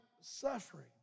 suffering